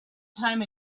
time